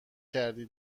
کردی